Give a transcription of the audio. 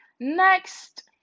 Next